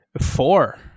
four